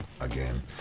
again